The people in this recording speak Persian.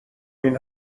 این